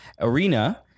arena